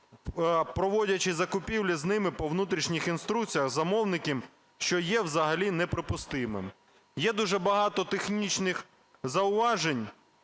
проводячи закупівлі з ними по внутрішніх інструкціях замовників, що є взагалі неприпустимим. Є дуже багато технічних зауважень.